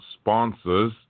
sponsors